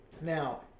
Now